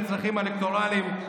לצרכים אלקטורליים,